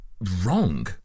wrong